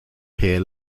peer